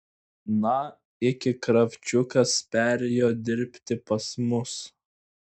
na iki kravčiukas perėjo dirbti pas mus